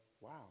wow